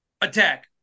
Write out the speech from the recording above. attack